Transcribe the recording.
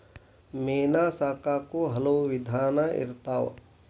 ಮೇನಾ ಸಾಕಾಕು ಹಲವು ವಿಧಾನಾ ಇರ್ತಾವ